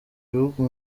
bihugu